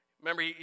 Remember